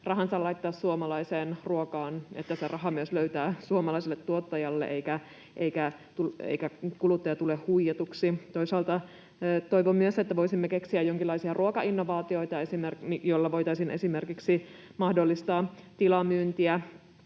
rahansa laittaa suomalaiseen ruokaan, tietävät, että se raha myös löytää suomalaiselle tuottajalle, eikä kuluttaja tule huijatuksi. Toisaalta toivon myös, että voisimme keksiä jonkinlaisia ruokainnovaatioita, joilla voitaisiin esimerkiksi mahdollistaa tilamyyntiä